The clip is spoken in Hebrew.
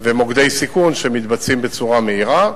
ומוקדי סיכון, שמתבצעים בצורה מהירה.